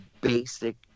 basic